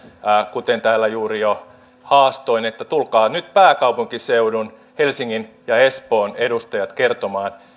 kuten täällä juuri jo haastoin niin tulkaa nyt pääkaupunkiseudun helsingin ja espoon edustajat kertomaan